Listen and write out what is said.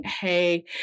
hey